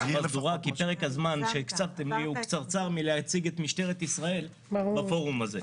כי פרק הזמן שהקבצת לי הוא קצר מלהציג את משטרת ישראל בפורום הזה.